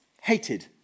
hated